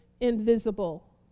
invisible